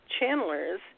channelers